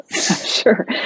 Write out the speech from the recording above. Sure